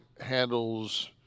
handles